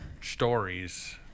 stories